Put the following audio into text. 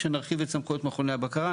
כשנרחיב את סמכויות מכוני הבקרה,